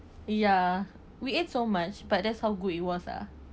ya we eat so much but that's how good it was lah